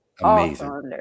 Amazing